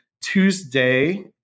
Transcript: Tuesday